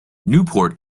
newport